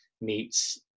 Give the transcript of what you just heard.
meets